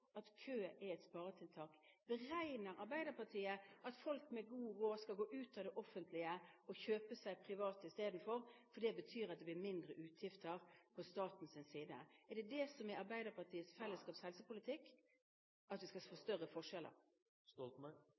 at kø er et sparetiltak? Beregner Arbeiderpartiet at folk med god råd skal gå ut av det offentlige og i stedet kjøpe private tjenester fordi det betyr mindre utgifter fra statens side? Er det det som er Arbeiderpartiets fellesskaps- og helsepolitikk, at vi skal ha større